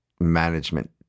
management